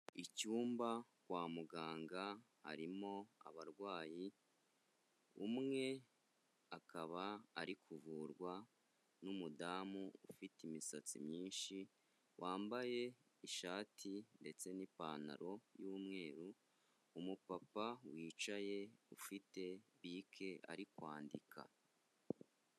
Icyumba, kwa muganga harimo abarwayi, umwe akaba ari kuvurwa n'umudamu ufite imisatsi myinshi, wambaye ishati ndetse n'ipantaro y'umweru, umupapa wicaye ufite bike ari kwandika.